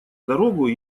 дорогу